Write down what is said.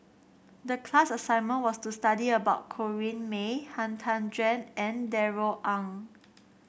the class assignment was to study about Corrinne May Han Tan Juan and Darrell Ang